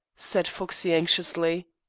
said foxey anxiously.